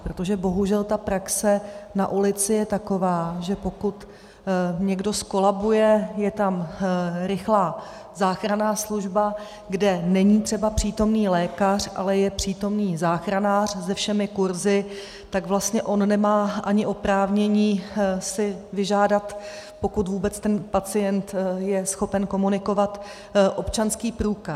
Protože bohužel praxe na ulici je taková, že pokud někdo zkolabuje, je tam rychlá záchranná služba, kde není třeba přítomný lékař, ale je tam přítomný záchranář se všemi kurzy, tak on vlastně ani nemá oprávnění si vyžádat, pokud vůbec ten pacient je schopen komunikovat, občanský průkaz.